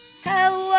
Hello